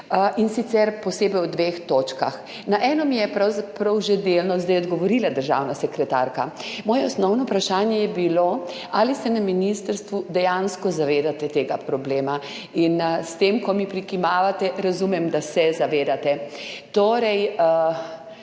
in sicer posebej o dveh točkah. Na eno mi je pravzaprav že delno zdaj odgovorila državna sekretarka. Moje osnovno vprašanje je bilo, ali se na ministrstvu dejansko zavedate tega problema, in s tem, ko mi prikimavate, razumem, da se zavedate. Torej,